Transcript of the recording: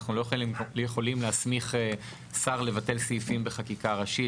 אנחנו לא יכולים להסמיך שר לבטל סעיפים בחקיקה ראשית,